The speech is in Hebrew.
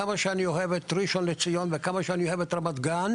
כמה שאני אוהב את ראשון-לציון וכמה שאני אוהב את רמת-גן,